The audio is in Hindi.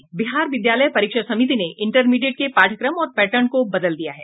बिहार विद्यालय परीक्षा समिति ने इंटरमीडिएट के पाठ्यक्रम और पैटर्न को बदल दिया है